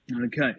Okay